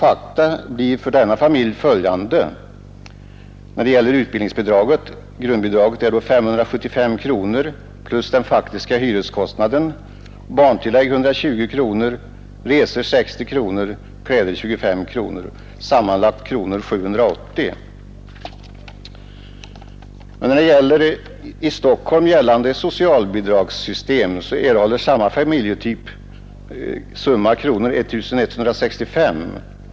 Utbildningsbidraget utgörs av ett grundbidrag på 575 kronor plus faktiska hyreskostnaden. Därtill kommer barntillägg 120 kronor samt bidrag till resor med 60 kronor och till kläder 25 kronor. Sammanlagt blir det 780 kronor plus hyreskostnaden. Enligt i Stockholm gällande socialbidragssystem erhåller samma familjetyp sammanlagtt 1 165 kronor plus hyreskostnaden.